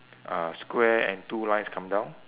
uh square and two lines coming down